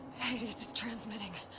hades is transmitting!